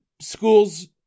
schools